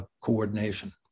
coordination